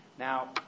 Now